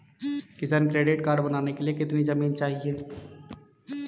किसान credit card बनाने के लिए कितनी जमीन चाहिए?